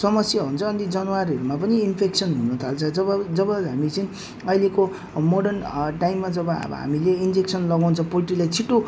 समस्या हुन्छ अनि जनावरहरमा पनि इन्फेक्सन हुन थाल्छ जब जब हामी चाहिँ अहिलेको मोडर्न टाइममा जब हामीले इन्जेक्सन लगाउँछ पोल्ट्रीलाई छिटो